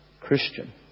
Christian